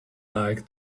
like